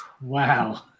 Wow